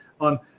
on